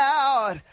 out